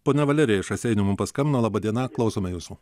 ponia valerija iš raseinių mums paskambino laba diena klausome jūsų